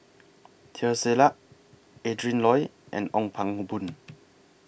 Teo Ser Luck Adrin Loi and Ong Pang Boon